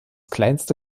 kleinste